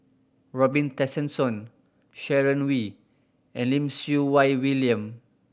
Robin Tessensohn Sharon Wee and Lim Siew Wai William